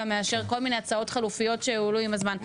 מאשר כל מיני הצעות חלופיות שהועלו עם הזמן.